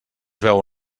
veu